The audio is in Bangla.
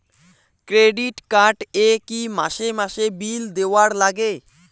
ক্রেডিট কার্ড এ কি মাসে মাসে বিল দেওয়ার লাগে?